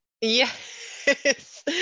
Yes